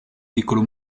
piccolo